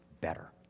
better